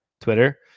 Twitter